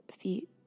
feet